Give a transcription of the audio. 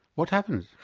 what happened?